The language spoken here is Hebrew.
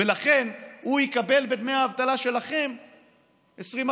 ולכן הוא יקבל בדמי האבטלה שלכם 20%,